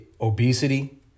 obesity